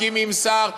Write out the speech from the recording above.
ממנים שר,